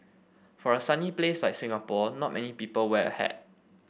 for a sunny place like Singapore not many people wear a hat